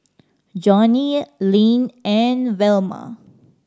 Johnnie Lynne and Velma